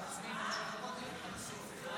48 נגד.